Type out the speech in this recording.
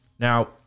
Now